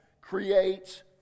creates